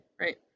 Right